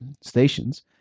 stations